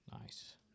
Nice